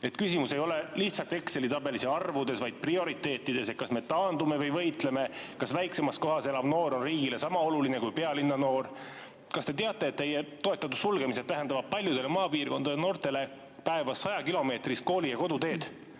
Küsimus ei ole lihtsalt Exceli tabeli arvudes, vaid prioriteetides, et kas me taandume või võitleme, kas väiksemas kohas elav noor on riigile sama oluline kui pealinna noor. Kas te teate, et teie toetatud sulgemised tähendavad paljudele maapiirkondade noortele päevas 100‑kilomeetrist kooli‑ ja koduteed